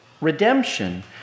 Redemption